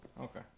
Okay